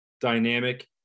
dynamic